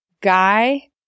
guy